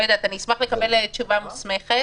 אני לא יודעת, אשמח לקבל על זה תשובה מוסמכת.